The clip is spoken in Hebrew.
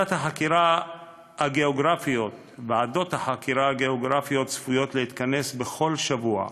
ועדות החקירה הגיאוגרפיות צפויות להתכנס בכל שבוע,